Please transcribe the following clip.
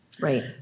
Right